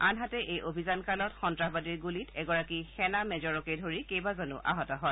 আনহাতে এই অভিযানকালত সন্ত্ৰাসবাদীৰ গুলীত এগৰাকী সেনা মেজৰকে ধৰি কেবাজনো আহত হয়